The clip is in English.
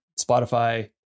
Spotify